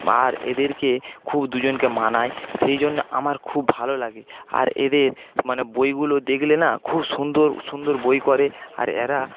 আর এদেরকে খুব দুজনকে মানায় সেই জন্য আমার খুব ভালো লাগে আর এদের মানে বইগুলো দেখলে না খুব সুন্দর সুন্দর বই করে আর এরা